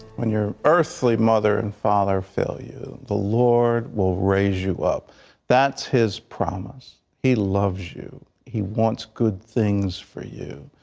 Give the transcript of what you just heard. when your earthly mother and father failure, the lord will raise you up that his promise. he loves you. he wants good things for you.